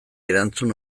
erantzun